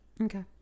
Okay